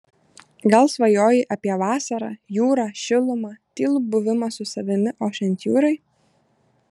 gal svajoji apie vasarą jūrą šilumą tylų buvimą su savimi ošiant jūrai